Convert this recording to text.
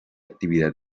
actividad